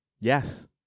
yes